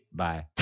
bye